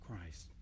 Christ